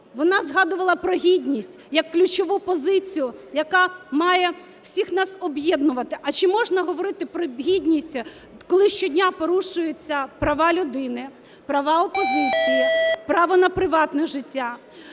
Вона згадувала про гідність, як ключову позицію, яка має всіх нас об'єднувати. А чи можна говорити про гідність, коли щодня порушуються права людини, права опозиції, право на приватне життя?